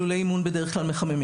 לולי אימון, בדרך כלל מחממים.